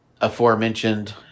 aforementioned